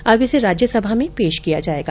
अब इसे राज्यसभा में पेश किया जायेगा